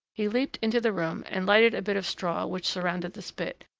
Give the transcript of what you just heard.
he leaped into the room, and lighted a bit of straw which surrounded the spit,